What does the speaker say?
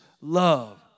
love